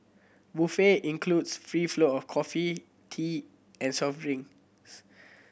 buffet includes free flow of coffee tea and soft drinks